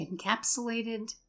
encapsulated